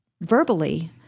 verbally